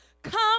Come